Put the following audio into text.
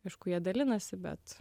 aišku jie dalinasi bet